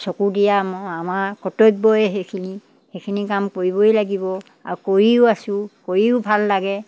চকু দিয়া মই আমাৰ কৰ্তব্যই সেইখিনি সেইখিনি কাম কৰিবই লাগিব আৰু কৰিও আছোঁ কৰিও ভাল লাগে